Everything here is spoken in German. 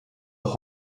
auch